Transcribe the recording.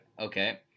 Okay